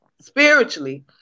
spiritually